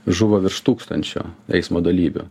žuvo virš tūkstančio eismo dalyvių